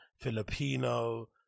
Filipino